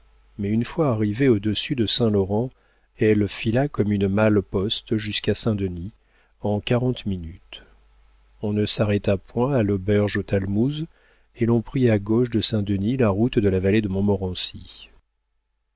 mais une fois arrivée au-dessus de saint-laurent elle fila comme une malle-poste jusqu'à saint-denis en quarante minutes on ne s'arrêta point à l'auberge aux talmouses et l'on prit à gauche de saint-denis la route de la vallée de montmorency